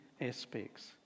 aspects